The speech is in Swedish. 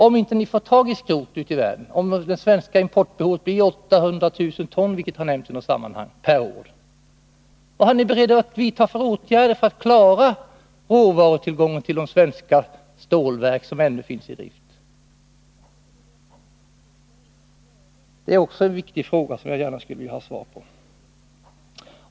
Om ni inte får tag i skrot ute i världen och om det svenska importbehovet är 800 000 ton per år — vilket har nämnts i något sammanhang — vad är ni beredda att vidta för åtgärder för att klara råvarutillgången till de svenska stålverk som ännu finns i drift? Det är också en viktig fråga som jag gärna skulle vilja ha svar på.